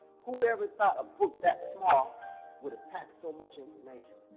who would ever thought a book that small would've packed so much information,